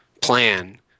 plan